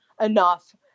enough